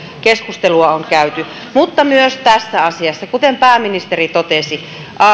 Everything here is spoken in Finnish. keskustelua on käyty mutta myös tässä asiassa kuten pääministeri totesi